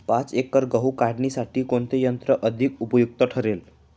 पाच एकर गहू काढणीसाठी कोणते यंत्र अधिक उपयुक्त ठरेल?